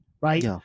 right